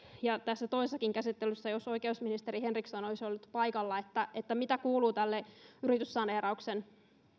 ja tässä toisessakin käsittelyssä jos oikeusministeri henriksson olisi ollut paikalla mitä kuuluu tälle yrityssaneeraukseen